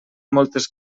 moltes